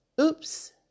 Oops